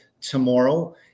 tomorrow